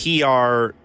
PR